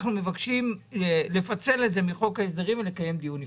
מבקשים לצל את זה מחוק ההסדרים ולקיים דיון נפרד.